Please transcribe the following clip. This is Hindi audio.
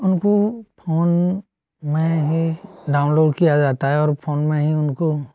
उनको फोन में ही डाउनलोड किया जाता है और फोन में ही उनको